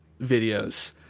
videos